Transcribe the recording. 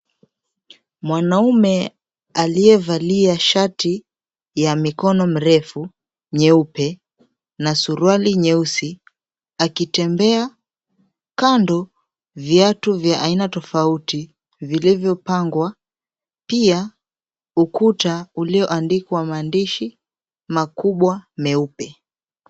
Mwanaume aliyevalia shati ya mikono mrefu nyeupe na suruali nyeusi akitembea kando, viatu vya aina tofauti vilivyopangwa. Pia ukuta ulioandikwa maandishi makubwa meupe.